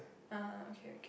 ah okay okay